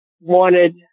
wanted